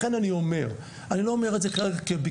לכן אני אומר, אני לא אומר את זה כרגע בביקורת.